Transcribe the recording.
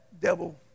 devil